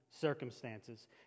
circumstances